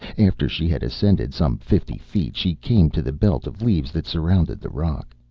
after she had ascended some fifty feet she came to the belt of leaves that surrounded the rock.